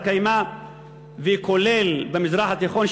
בר-קיימא וכולל במזרח התיכון,